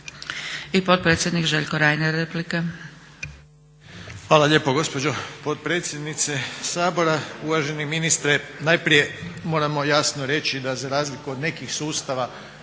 **Reiner, Željko (HDZ)** Hvala lijepo gospođo potpredsjednice Sabora. Uvaženi ministre, najprije moramo jasno reći da za razliku od nekih sustava